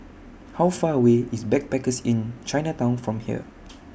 How Far away IS Backpackers Inn Chinatown from here